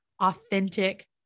authentic